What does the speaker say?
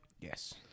yes